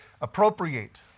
appropriate